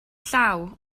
llaw